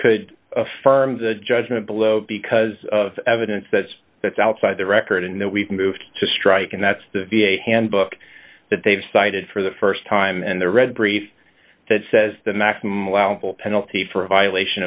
could affirm the judgment below because of evidence that that's outside the record and that we've moved to strike and that's the v a handbook that they've cited for the st time and the red briefs that says the maximum allowable penalty for a violation